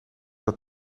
dat